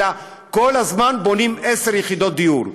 אלא כל הזמן בונים עשר יחידות דיור.